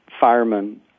firemen